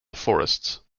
forests